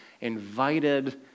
invited